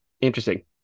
interesting